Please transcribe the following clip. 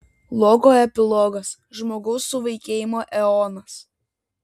logo epilogas žmogaus suvaikėjimo eonas